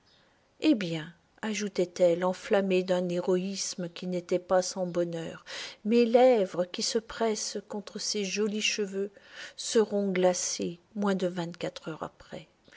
eh bien ajoutait-elle enflammée d'un héroïsme qui n'était pas sans bonheur mes lèvres qui se pressent contre ces jolis cheveux seront glacées moins de vingt-quatre heures après